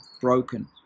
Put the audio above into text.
broken